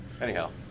anyhow